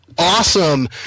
awesome